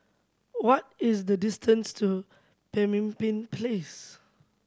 what is the distance to Pemimpin Place